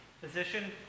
Physician